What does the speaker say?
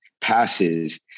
passes